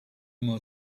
more